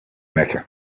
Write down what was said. mecca